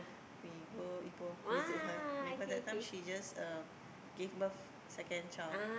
we go Ipoh visit her because that time she just um gave birth second child